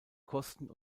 kosten